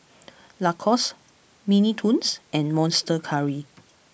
Lacoste Mini Toons and Monster Curry